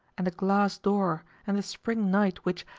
and the glass door, and the spring night which,